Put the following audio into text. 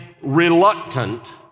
reluctant